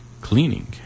cleaning